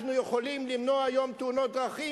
אנחנו יכולים למנוע היום תאונות דרכים,